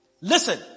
Listen